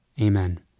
Amen